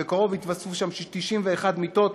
ובקרוב יתווספו שם 91 מיטות.